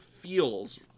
feels